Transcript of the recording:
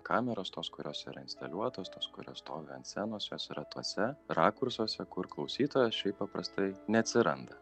kameros tos kurios yra instaliuotos tos kurios stovi ant scenos jos yra tuose rakursuose kur klausytojas šiaip paprastai neatsiranda